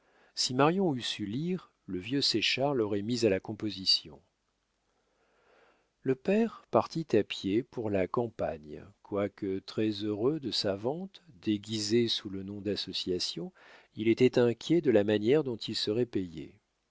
si marion eût su lire le vieux séchard l'aurait mise à la composition le père partit à pied pour la campagne quoique très-heureux de sa vente déguisée sous le nom d'association il était inquiet de la manière dont il serait payé